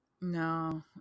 no